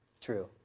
true